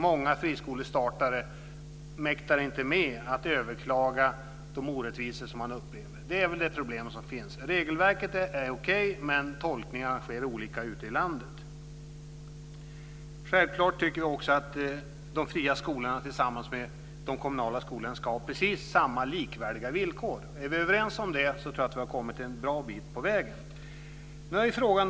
Många friskolestartare mäktar inte med att överklaga de orättvisor som man upplever. Det är det problem som finns. Regelverket är okej, men tolkningarna är olika ute i landet. Vi tycker självfallet också att de fria skolorna och de kommunala skolorna ska ha precis likvärdiga villkor. Om vi är överens om det, tror jag att vi har kommit en bra bit på väg. Herr talman!